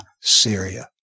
Syria